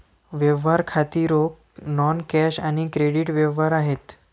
व्यवहार खाती रोख, नॉन कॅश आणि क्रेडिट व्यवहार आहेत